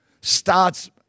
starts